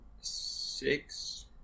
six